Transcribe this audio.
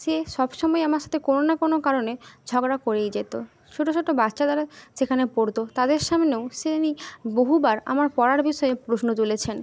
সে সবসময়ই আমার সাথে কোনো না কোনো কারণে ঝগড়া করেই যেত ছোট ছোট বাচ্চাদারা সেখানে পড়ত তাদের সামনেও সে উনি বহুবার আমার পড়ার বিষয়ে প্রশ্ন তুলেছেন